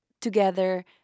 together